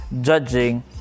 judging